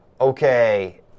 Okay